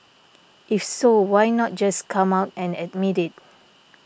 if so why not just come out and admit it